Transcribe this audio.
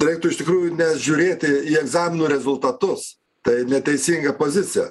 reiktų iš tikrųjų ne žiūrėti į egzaminų rezultatus tai neteisinga pozicija